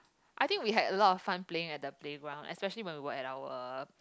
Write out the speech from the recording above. I think we had a lot of fun playing at the playground especially when we're at our